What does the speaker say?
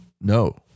No